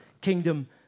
kingdom